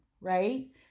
Right